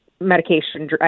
medication